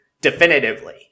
definitively